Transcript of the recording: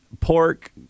Pork